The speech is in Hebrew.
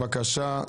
הבקשה עברה.